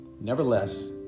Nevertheless